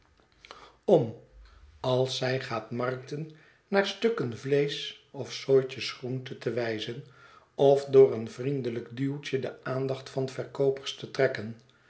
om als zij gaat markten naar stukken vleesch of zooitjes groente te wijzen of door een vriendelijk duwtje de aandacht van verkoopers te trekken